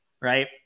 Right